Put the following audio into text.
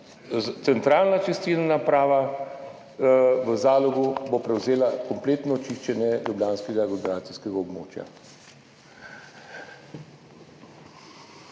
Centralna čistilna naprava v Zalogu bo prevzela kompletno čiščenje ljubljanskega aglomeracijskega območja.